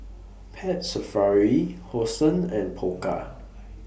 Pet Safari Hosen and Pokka